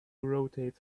rotate